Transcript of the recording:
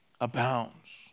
abounds